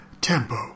tempo